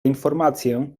informację